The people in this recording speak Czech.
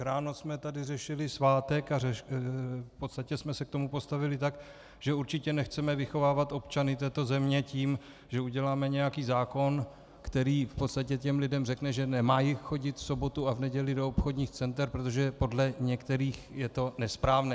Ráno jsme tady řešili svátek a v podstatě jsme se k tomu postavili tak, že určitě nechceme vychovávat občany této země tím, že uděláme nějaký zákon, který v podstatě těm lidem řekne, že nemají chodit v sobotu a v neděli do obchodních center, protože podle některých je to nesprávné.